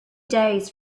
days